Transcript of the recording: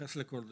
אתייחס לכל דבר.